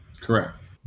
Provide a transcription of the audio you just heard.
correct